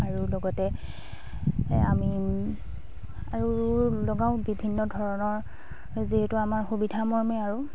আৰু লগতে আমি আৰু লগাওঁ বিভিন্ন ধৰণৰ যিহেতু আমাৰ সুবিধামৰ্মে আৰু